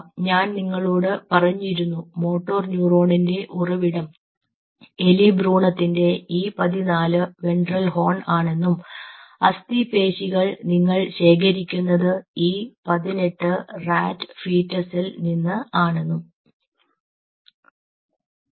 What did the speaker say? ഞാൻ നിങ്ങളോട് പറഞ്ഞിരുന്നു മോട്ടോർ ന്യൂറോണിന്റെ ഉറവിടം എലി ഭ്രൂണത്തിന്റെ E14 വെൻട്രൽ ഹോൺ ആണെന്നും അസ്ഥി പേശികൾ നിങ്ങൾ ശേഖരിക്കുന്നത് E 18 റാറ്റ് ഫീറ്റസിൽ നിന്ന് ആണെന്നും